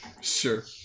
Sure